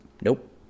Nope